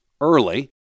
early